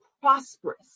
prosperous